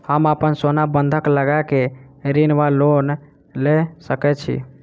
हम अप्पन सोना बंधक लगा कऽ ऋण वा लोन लऽ सकै छी?